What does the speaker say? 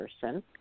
person